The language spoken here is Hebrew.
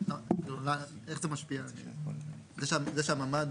איך זה משפיע היום זה שהממ"ד?